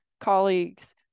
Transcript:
colleagues